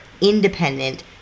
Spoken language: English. independent